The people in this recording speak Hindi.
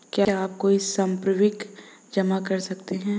क्या आप कोई संपार्श्विक जमा कर सकते हैं?